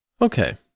Okay